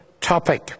topic